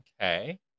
okay